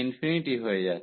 infinity হয়ে যাচ্ছে